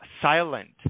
silent